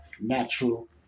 natural